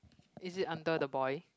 is it under the boy